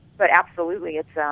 but absolutely at so um.